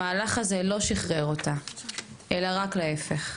המהלך הזה לא שחרר אותה, אלא רק להפך.